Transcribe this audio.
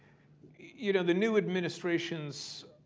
you know, the new administration's